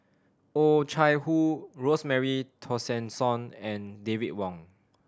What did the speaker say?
Oh Chai Hoo Rosemary Tessensohn and David Wong